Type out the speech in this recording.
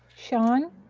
sean,